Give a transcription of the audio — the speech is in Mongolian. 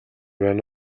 байна